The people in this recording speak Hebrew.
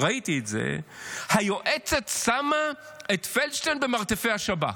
ראיתי את זה: היועצת שמה את פלדשטיין במרתפי השב"כ.